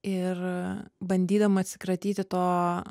ir bandydama atsikratyti to